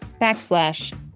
backslash